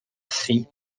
free